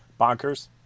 Bonkers